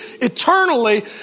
eternally